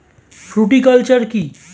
Fruticulture কী?